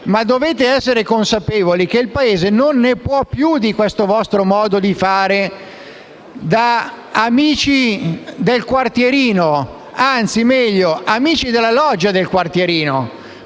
ma dovete essere consapevoli che il Paese non ne può più di questo vostro modo di fare da amici del quartierino, anzi da amici della loggia del quartierino.